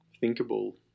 thinkable